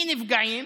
מי הנפגעים?